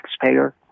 taxpayer